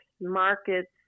markets